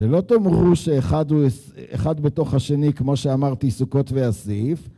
‫ולא תאמרו שאחד בתוך השני, ‫כמו שאמרתי, סוכות ואסיף.